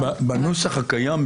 בנוסח הקיים,